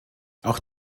auch